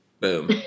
Boom